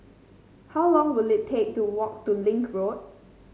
how long will it take to walk to Link Road